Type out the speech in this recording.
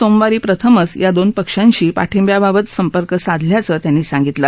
सोमवारी प्रथमच या दोन पक्षांशी पाठिंब्याबाबत संपर्क साधल्याचं त्यांनी सांगितलं